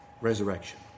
resurrection